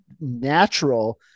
natural